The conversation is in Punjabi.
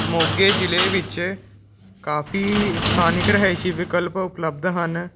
ਮੋਗੇ ਜ਼ਿਲ੍ਹੇ ਵਿੱਚ ਕਾਫੀ ਸਥਾਨਿਕ ਰਿਹਾਇਸ਼ੀ ਵਿਕਲਪ ਉਪਲਬਧ ਹਨ